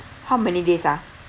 how many days ah